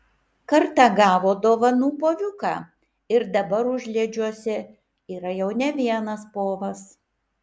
kartą gavo dovanų poviuką ir dabar užliedžiuose yra jau ne vienas povas